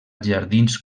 jardins